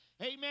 amen